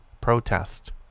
protest